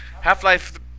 Half-Life